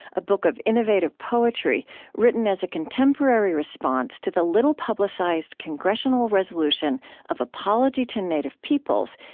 a book of innovative poetry written as a contemporary response to the little-publicized congressional resolution of apology to native peoples,